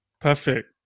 Perfect